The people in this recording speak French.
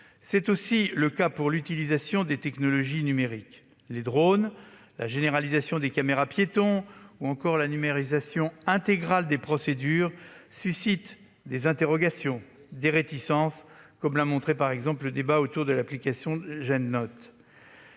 C'est aussi le cas pour l'utilisation des technologies numériques. Les drones, la généralisation des caméras-piétons ou encore la numérisation intégrale des procédures suscitent des interrogations et des réticences, comme l'a montré le débat autour de l'application GendNotes.